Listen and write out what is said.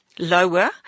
Lower